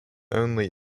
only